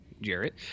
Jarrett